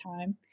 time